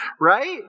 Right